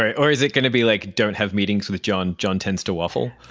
or or is it going to be like, don't have meetings with john. john tends to waffle.